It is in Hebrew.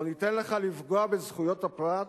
לא ניתן לך לפגוע בזכויות הפרט,